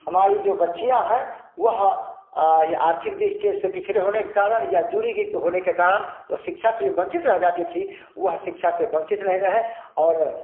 हमारी जो बच्चियाँ है वह ये आर्थिक दृष्टि से पिछड़े होने के कारण या दूरी के होने के कारण वे शिक्षा से वंचित रह जाती थीं वे शिक्षा से वंचित नहीं रहें और